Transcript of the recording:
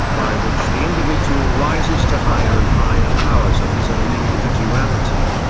by which the individual rises to higher and higher powers of his own individuality.